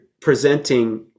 presenting